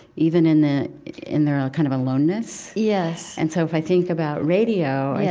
even in the in their kind of aloneness yes and so, if i think about radio, i yeah